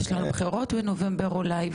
יש לנו בחירות בנובמבר אולי,